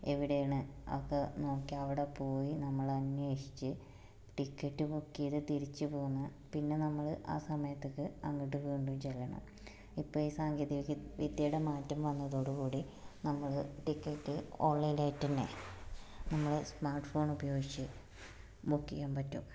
എവിടെയണ് ഒക്കെ നോക്കി അവിടെ പോയി നമ്മൾ അന്വേഷിച്ച് ടിക്കറ്റ് ബുക്ക് ചെയ്ത് തിരിച്ചു പോന്ന് പിന്നെ നമ്മൾ ആ സമയത്തൊക്കെ അങ്ങോട്ട് വീണ്ടും ചെല്ലണം ഇപ്പോൾ ഈ സാങ്കേതികവി വിദ്യയുടെ മാറ്റം വന്നതോട് കൂടി നമ്മൾ ടിക്കറ്റ് ഓണ്ലൈൻ ആയിട്ടുതന്നെ നമ്മൾ സ്മാര്ട്ട് ഫോൺ പയോഗിച്ച് ബുക്ക് ചെയ്യാന് പറ്റും